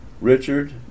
Richard